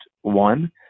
one